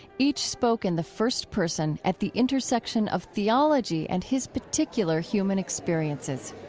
each spoke in the first person at the intersection of theology and his particular human experiences.